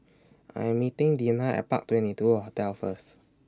I'm meeting Dinah At Park twenty two Hotel First